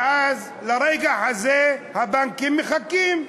ואז, לרגע הזה הבנקים מחכים.